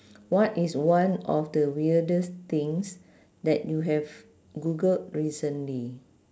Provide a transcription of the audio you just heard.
what is one of the weirdest things that you have googled recently